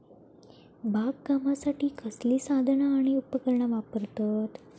बागकामासाठी कसली साधना आणि उपकरणा वापरतत?